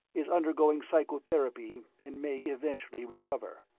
is undergoing psychotherapy and may eventually recover.